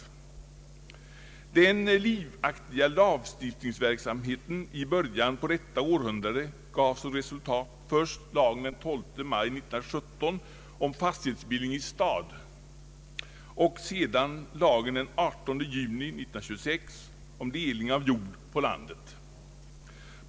Den livaktiga lagstiftningsverksamheten i början på detta århundrade gav såsom resultat först lagen den 12 maj 1917 om fastighetsbildning i stad och sedan lagen den 18 juni 1926 om delning av jord på landet.